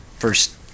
first